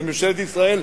וממשלת ישראל,